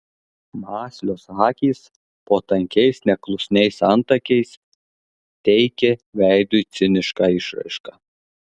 mąslios akys po tankiais neklusniais antakiais teikė veidui cinišką išraišką